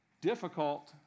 difficult